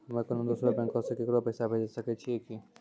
हम्मे कोनो दोसरो बैंको से केकरो पैसा भेजै सकै छियै कि?